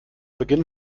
beginn